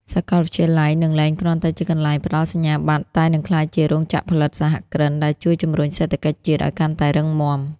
សាកលវិទ្យាល័យនឹងលែងគ្រាន់តែជាកន្លែងផ្ដល់សញ្ញាបត្រ តែនឹងក្លាយជា "រោងចក្រផលិតសហគ្រិន" ដែលជួយជម្រុញសេដ្ឋកិច្ចជាតិឱ្យកាន់តែរឹងមាំ។